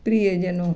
प्रियजनों